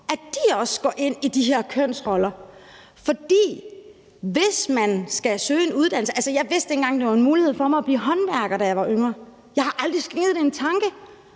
at de også går ind i de her kønsroller. Jeg vidste ikke engang, at det var en mulighed for mig at blive håndværker, da jeg var yngre. Jeg har aldrig skænket det en tanke.